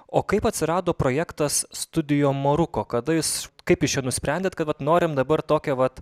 o kaip atsirado projektas studijo maruko kada jis kaip jūs čia nusprendėt kad va norim dabar tokią vat